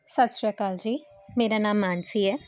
ਸਤਿ ਸ਼੍ਰੀ ਅਕਾਲ ਜੀ ਮੇਰਾ ਨਾਮ ਮਾਨਸੀ ਹੈ